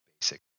basic